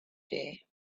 day